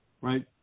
right